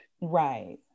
Right